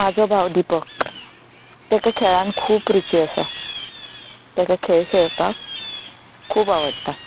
म्हजो बाव दिरक ताका खेळांत खूब रुची आसा ताका खेळ खेळपाक खूब आवडटा